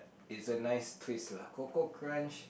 it's a nice twist lah Koko Krunch